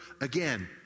again